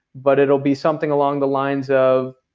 but it'll be something along the lines of.